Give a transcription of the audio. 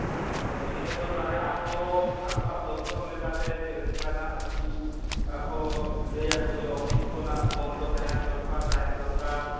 ᱟᱫᱚ ᱤᱱᱟᱹ ᱛᱮᱫᱚ ᱛᱟᱞᱦᱮ ᱟᱠᱚ ᱟᱠᱚᱣᱟᱜ ᱫᱚᱯᱛᱚᱨ ᱞᱮᱠᱟᱛᱮ ᱪᱮᱫᱞᱮᱠᱟᱱᱟᱜ ᱩᱱᱠᱩ ᱟᱠᱚ ᱞᱟᱹᱭᱟᱠᱚ ᱡᱮ ᱚᱯᱷᱤᱥ ᱠᱷᱚᱟᱜ ᱵᱚᱱᱫᱚ ᱛᱟᱦᱮᱱ ᱫᱚᱨᱠᱟᱨ ᱛᱟᱦᱮᱱ ᱫᱚᱨᱠᱟᱨ